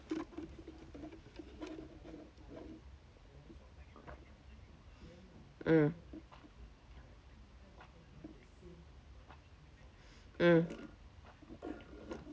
mm mm